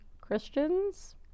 Christians